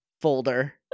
folder